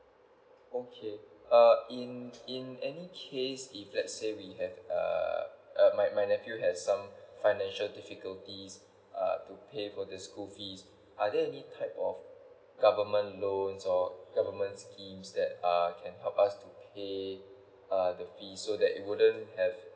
okay uh in in any case if let's say we have err uh my my nephew has some financial difficulties uh to pay for the school fees are there any type of government loans or government schemes that uh can help us to pay uh the fee so that it wouldn't have